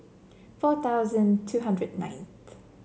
four thousand two hundred ninth